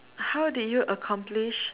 how did you accomplish